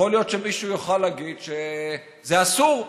יכול להיות שמישהו יוכל להגיד שזה אסור,